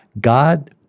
God